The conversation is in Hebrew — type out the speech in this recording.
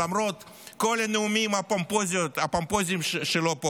למרות כל הנאומים הפומפוזיים שלו פה,